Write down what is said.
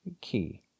key